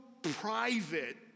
private